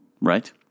Right